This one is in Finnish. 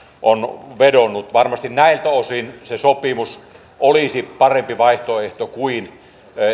on vedonnut varmasti näiltä osin se sopimus olisi parempi vaihtoehto kuin